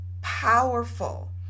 powerful